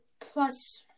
plus